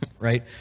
right